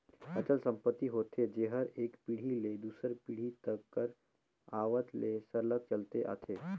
अचल संपत्ति होथे जेहर एक पीढ़ी ले दूसर पीढ़ी तक कर आवत ले सरलग चलते आथे